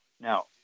Now